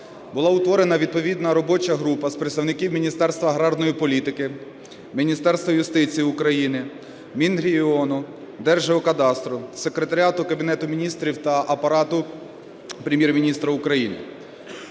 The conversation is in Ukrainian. була утворена відповідна робоча група з представників Міністерства аграрної політики, Міністерства юстиції України, Мінрегіону, Держгеокадастру, Секретаріату Кабінету Міністрів та Апарату Прем'єр-міністра України.